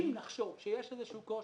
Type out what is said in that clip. אם נחשוב שיש איזשהו קושי,